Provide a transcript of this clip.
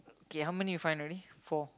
okay how many you find already four